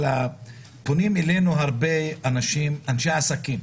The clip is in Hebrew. הרבה אנשי עסקים